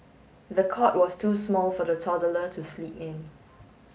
the cot was too small for the toddler to sleep in